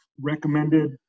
recommended